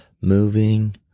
moving